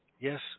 yes